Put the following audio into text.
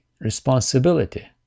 responsibility